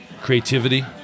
creativity